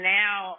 now